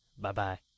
Bye-bye